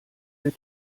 der